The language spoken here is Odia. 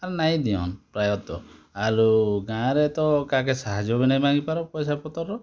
ନାଇ ଦିଅନ୍ ପ୍ରାୟତଃ ଆରୁ ଗାଁ'ରେ ତ କାହାକେ ସାହାର୍ଯ୍ୟ ବି ନାଇ ମାଗିପାର ପଇସା ପତ୍ର ର